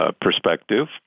perspective